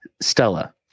Stella